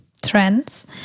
trends